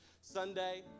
Sunday